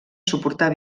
suportar